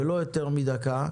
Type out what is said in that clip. ולא יותר מדקה,